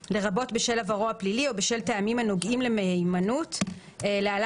לרבות בשל עברו הפלילי או בשל טעמים הנוגעים למהימנותו (להלן,